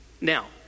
Now